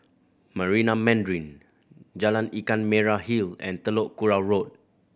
Marina Mandarin Jalan Ikan Merah Hill and Telok Kurau Road